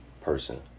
person